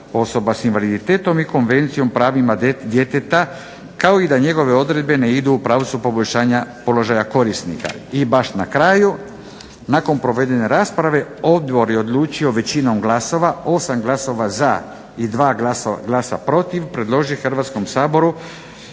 osoba s invaliditetom i Konvencijom o pravima djeteta, kao i da njegove odredbe ne idu u pravcu poboljšanja položaja korisnika. I baš na kraju, nakon provedene rasprave odbor je odlučio većinom glasova, 8 glasova za i 2 glasa protiv, predložiti Hrvatskom saboru